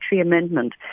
amendment